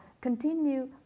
continue